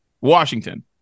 Washington